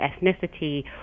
ethnicity